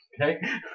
okay